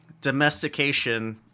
domestication